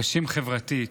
קשים חברתית,